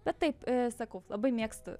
bet taip sakau labai mėgstu